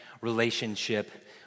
relationship